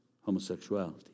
homosexuality